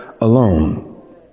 alone